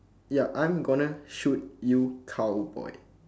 ya I'm gonna shoot you cowboy